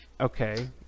okay